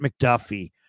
McDuffie